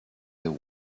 their